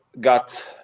got